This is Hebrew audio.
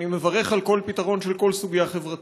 ואני מברך על כל פתרון של כל סוגיה חברתית.